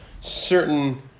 certain